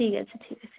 ঠিক আছে ঠিক আছে